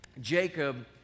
Jacob